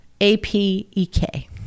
a-p-e-k